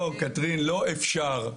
לא אפשר.